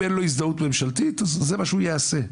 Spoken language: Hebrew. אין לו הזדהות ממשלתית אז זה מה שהוא יעשה.